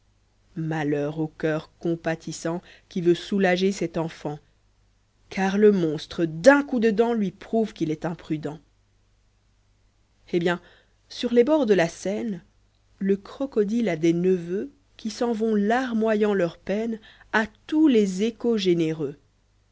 malheur au coeur compatissant qui veut soulager cet enfant car le monstre d'un coup de dent lui prouve qu'il est imprudent eh bien sur les bords de la seine le crocodile a des neveux qui s'en vont larmoyant leur peine a tous les échos généreux